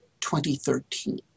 2013